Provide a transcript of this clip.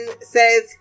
says